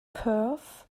perth